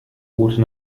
route